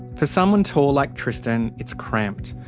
for someone tall like tristan, it's cramped.